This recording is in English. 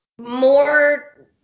more